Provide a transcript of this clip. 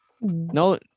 no